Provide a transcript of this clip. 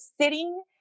sitting